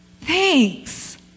thanks